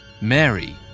Mary